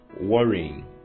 worrying